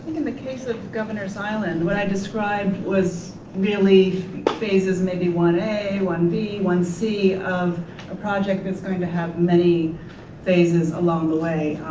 in the case of governor's island what i described was really phases maybe one a, one b, one c of a project that's going to have many phases along the way,